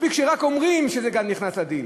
מספיק שרק אומרים שזה כאן נכנס לדיל,